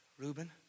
Reuben